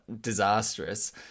disastrous